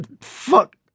fuck